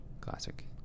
Classic